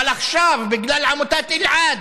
אבל עכשיו בגלל עמותת אלעד,